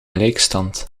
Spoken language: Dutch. gelijkstand